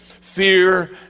fear